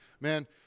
man